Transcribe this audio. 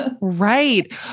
Right